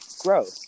growth